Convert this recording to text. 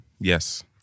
yes